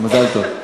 מזל טוב.